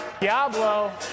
Diablo